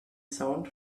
sound